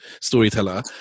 storyteller